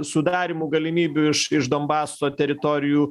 sudarymu galimybių iš iš donbaso teritorijų